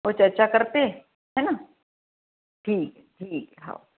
वो चर्चा करते हैं है ना ठीक है ठीक है हाओ